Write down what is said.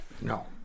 No